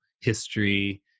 history